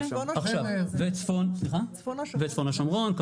וצפון השומרון.